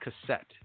cassette